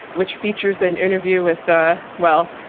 which features an interview with, ah well,